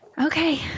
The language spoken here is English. okay